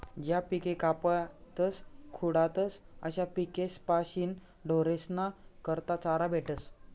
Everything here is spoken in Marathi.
ज्या पिके कापातस खुडातस अशा पिकेस्पाशीन ढोरेस्ना करता चारा भेटस